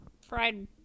Fried